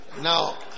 Now